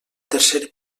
tercer